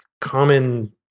common